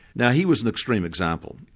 now he was an extreme example.